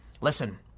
Listen